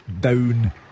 Down